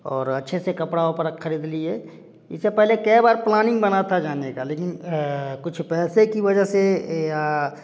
और अच्छे से कपड़ा वपड़ा खरीद लिए इससे पहले कै बार प्लानिंग बना था जाने का लेकिन कुछ पैसे की वजह से ए आ